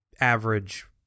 average